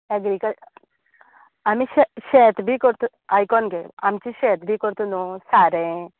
आनी जें शेत बी करता आयकून घे आमचें शेत बी करता न्हुं सारें